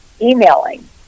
emailing